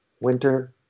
Winter